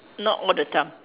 not all the time